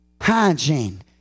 hygiene